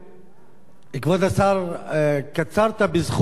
כבוד השר, קצרת בזכות ולא בחסד